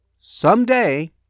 someday